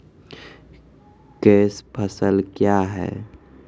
Cash फसल क्या हैं?